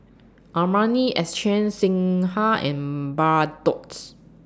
Armani Exchange Singha and Bardot's